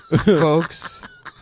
folks